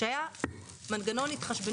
שהחישוב